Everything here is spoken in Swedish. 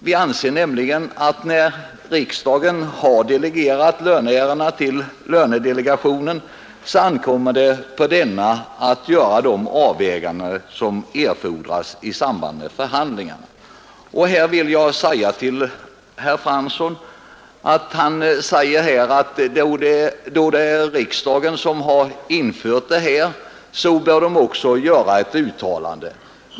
Vi anser nämligen att när riksdagen har delegerat löneärendena till lönedelegationen, ankommer det på denna att göra de avvägningar som erfordras i samband med förhandlingar. Herr Fransson säger att då det är riksdagen som har infört denna ortsgruppering, bör riksdagen också göra ett uttalande.